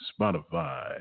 Spotify